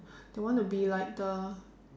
they want to be like the